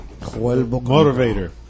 motivator